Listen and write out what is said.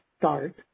start